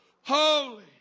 Holy